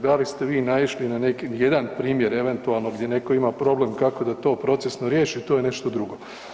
Da li ste vi naišli na neki, jedan primjer eventualno gdje neko ima problem kako da to procesno riješi to je nešto drugo.